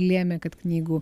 lėmė kad knygų